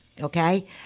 okay